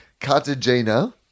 Cartagena